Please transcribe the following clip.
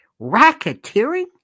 racketeering